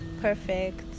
perfect